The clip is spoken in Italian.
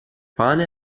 pane